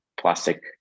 plastic